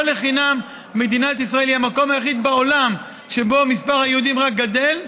לא לחינם מדינת ישראל היא המקום היחיד בעולם שבו מספר היהודים רק גדל,